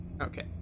Okay